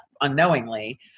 unknowingly